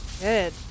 good